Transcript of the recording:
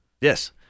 Yes